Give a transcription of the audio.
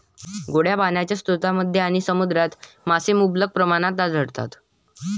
गोड्या पाण्याच्या स्रोतांमध्ये आणि समुद्रात मासे मुबलक प्रमाणात आढळतात